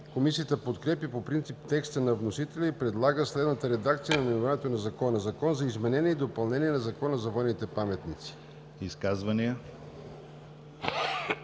Комисията подкрепя по принцип текста на вносителя и предлага следната редакция на наименованието на Закона. „Закон за изменение и допълнение на Закона за военните паметници“.